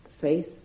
faith